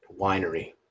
winery